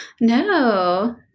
No